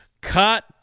Cut